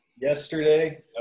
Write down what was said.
Yesterday